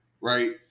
Right